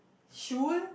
she will